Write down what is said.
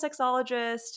sexologist